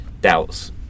doubts